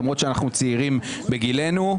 למרות שאנחנו צעירים בגילנו,